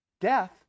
Death